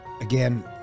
Again